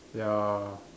ya